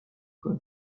کنی